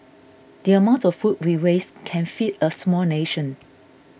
the amount of food we waste can feed a small nation